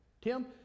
Tim